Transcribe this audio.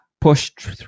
pushed